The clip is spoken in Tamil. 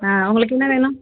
ஆ உங்களுக்கு என்ன வேணும்